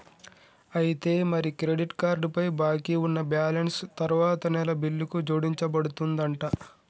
అయితే మరి credit card పై బాకీ ఉన్న బ్యాలెన్స్ తరువాత నెల బిల్లుకు జోడించబడుతుందంట